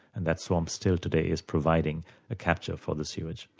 and that swamp still today is providing a capture for the sewage.